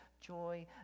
joy